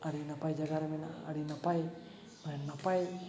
ᱟᱹᱰᱤ ᱱᱟᱯᱟᱭ ᱡᱟᱜᱟᱨᱮ ᱢᱮᱱᱟᱜᱼᱟ ᱟᱹᱰᱤ ᱱᱟᱯᱟᱭ ᱛᱟᱦᱮᱱ ᱱᱟᱯᱟᱭ